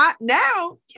now